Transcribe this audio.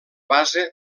base